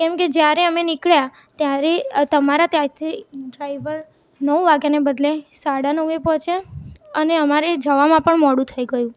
કેમ કે જ્યારે અમે નીકળ્યા ત્યારે અ તમારા ત્યારથી ડ્રાઈવર નવ વાગ્યાને બદલે સાડા નવે પહોંચ્યા અને અમારે જવામાં પણ મોડું થઈ ગયું